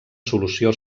solució